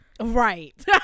Right